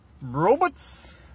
Robots